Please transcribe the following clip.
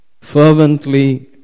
Fervently